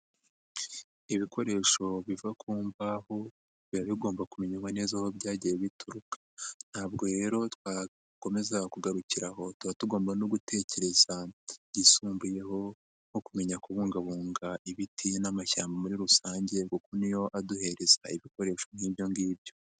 Ibikoresho biva ku mbaho biba bigomba kumenywa neza aho byagiye bituruka, ntabwo rero twakomeza kugarukira aho, tuba tugomba no gutekereza byisumbuyeho nko kumenya kubungabunga ibiti n'amashyamba muri rusange kuko niyo aduhereza ibikoresho nk'ibyo ngibyo.